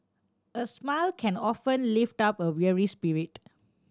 a smile can often lift up a weary spirit